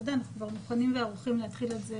העבודה אנחנו כבר מוכנים וערוכים להתחיל את זה